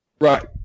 Right